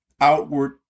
outward